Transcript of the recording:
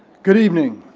good evening,